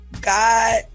God